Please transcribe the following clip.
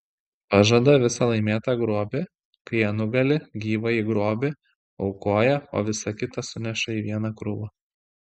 pažada visą laimėtą grobį kai jie nugali gyvąjį grobį aukoja o visa kita suneša į vieną krūvą